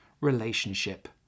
relationship